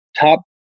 top